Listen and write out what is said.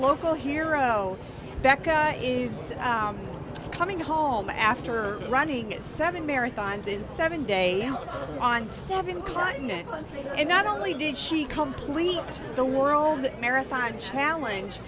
local hero becca is coming home after running at seven marathons in seven days on seven continents and not only did she complete the world marathon challenge